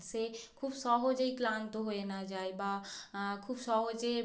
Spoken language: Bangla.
সে খুব সহজেই ক্লান্ত হয়ে না যায় বা খুব সহজে